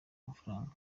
amafaranga